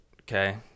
okay